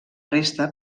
resta